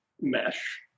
mesh